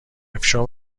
افشا